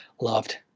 loved